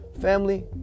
family